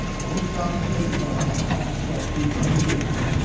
don't stop to say good-bye, or ask questions, or anything else.